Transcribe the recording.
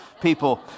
people